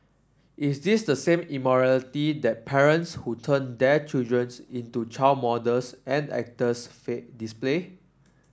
is this the same immorality that parents who turn their children's into child models and actors display